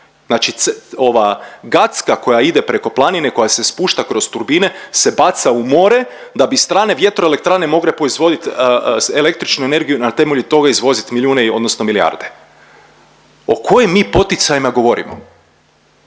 Znači Gacka koja ide preko planine koja se spušta kroz turbine se baca u more da bi strane vjetroelektrane mogle proizvodit električnu energiju i na temelju toga izvozit milijune odnosno milijarde. O kojim mi poticajima govorimo?